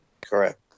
Correct